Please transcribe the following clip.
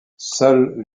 seuls